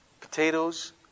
Potatoes